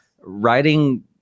writing